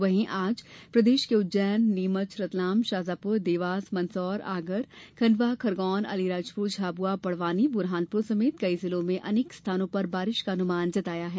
वहीं आज प्रदेश के उज्जैन नीमच रतलाम शाजापुर देवास मंदसौर आगर धार खंडवा खरगौन अलीराजपुर झाबुआ बडवानी बुरहानपुर समेत कई जिलों में अनेक स्थानों पर बारिश का अनुमान जताया है